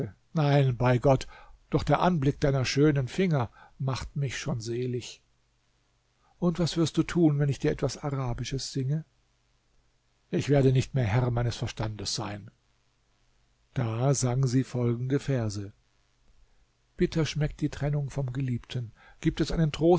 nein bei gott doch der anblick deiner schönen finger macht mich schon selig und was wirst du tun wenn ich dir etwas arabisches singe ich werde nicht mehr herr meines verstandes sein da sang sie folgende verse bitter schmeckt die trennung vom geliebten gibt es einen